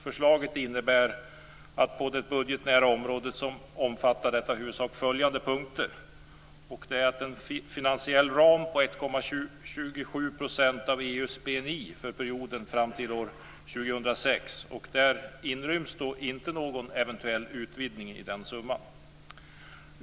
Förslaget innebär att på det budgetnära området omfattar detta i huvudsak följande punkter. En finansiell ram på 1,27 % av EU:s BNI för perioden fram till år 2006. Det inryms inte någon eventuell utvidgning i den summan.